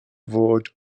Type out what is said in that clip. fod